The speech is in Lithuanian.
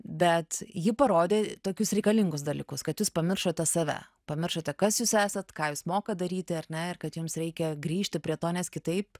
bet ji parodė tokius reikalingus dalykus kad jūs pamiršote save pamiršote kas jūs esat ką jūs mokat daryti ar ne ir kad jums reikia grįžti prie to nes kitaip